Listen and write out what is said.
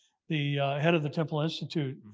the head of the temple institute,